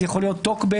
זה יכול להיות טוקבק,